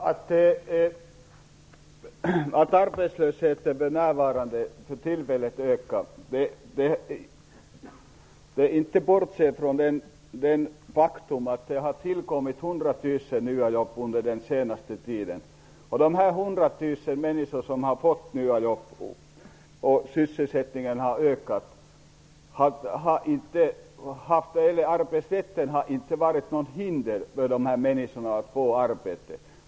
Herr talman! Arbetslösheten ökar för tillfället. Men man får inte bortse från det faktum att det har tillkommit 100 000 nya jobb under den senaste tiden. Det är 100 000 människor som har fått nya jobb och sysselsättningen har ökat. Arbetsrätten har inte utgjort något hinder för dessa människor att få arbete.